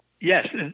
Yes